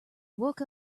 woke